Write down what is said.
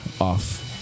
off